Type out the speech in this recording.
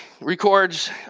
records